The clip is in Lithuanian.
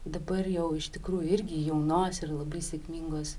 dabar jau iš tikrųjų irgi jaunos ir labai sėkmingos